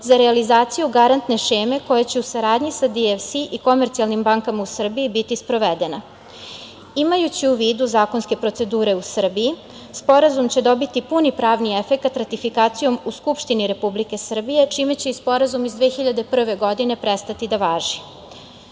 za realizaciju garantne šeme koja će u saradnji sa DFC i komercijalnim bankama u Srbiji biti sprovedena. Imajući u vidu zakonske procedure u Srbiji, Sporazum će dobiti i puni pravni efekat ratifikacijom u Skupštini Republike Srbije, čime će i Sporazum iz 2001. godine prestati da važi. Ako